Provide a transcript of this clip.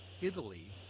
Italy